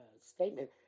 statement